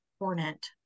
important